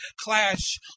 clash